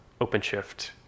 OpenShift